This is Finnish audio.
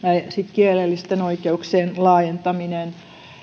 kielellisten oikeuksien laajentaminen